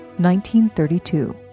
1932